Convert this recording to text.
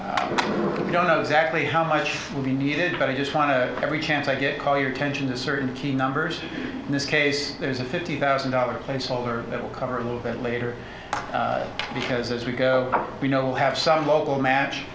that we don't know exactly how much will be needed but i just want to every chance i get call your attention to certain key numbers in this case there is a fifty thousand dollars placeholder that will cover a little bit later because as we go we know we'll have some local match